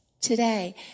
today